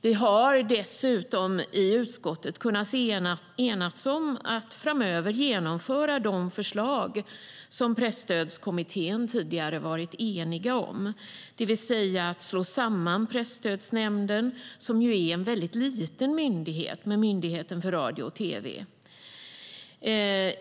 Vi har dessutom i utskottet kunnat enas om att framöver genomföra de förslag som Presstödskommittén tidigare varit enig om, det vill säga att slå samman Presstödsnämnden, som är en mycket liten myndighet, med Myndigheten för radio och tv.